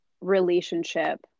relationship